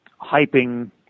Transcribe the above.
hyping